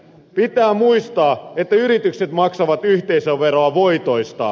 pitää muistaa että yritykset maksavat yhteisöveroa voitoistaan